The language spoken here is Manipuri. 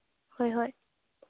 ꯍꯣꯏ ꯍꯣꯏ